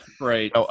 Right